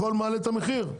הכל מעלה את המחיר.